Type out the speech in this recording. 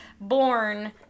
born